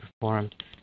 performed